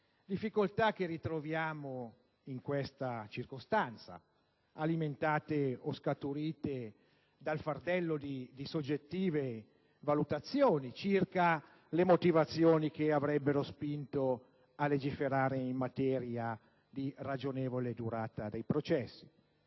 difficoltà che ritroviamo in questa circostanza, alimentate o scaturite dal fardello di soggettive valutazioni circa le motivazioni che avrebbero spinto a legiferare in materia di ragionevole durata dei processi.